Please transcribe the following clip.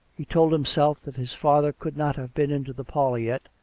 he told himself that his father could not have been into the parlour yet,